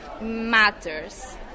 matters